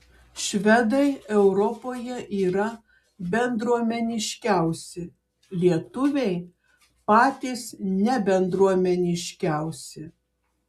švedai europoje yra bendruomeniškiausi lietuviai patys nebendruomeniškiausi